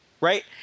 right